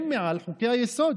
הם מעל חוקי-היסוד.